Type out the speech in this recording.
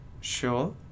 Sure